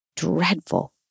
Dreadful